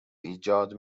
ایجاد